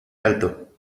alto